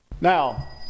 Now